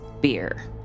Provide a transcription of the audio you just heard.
beer